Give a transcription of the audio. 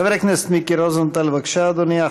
חבר הכנסת מיקי רוזנטל, בבקשה, אדוני.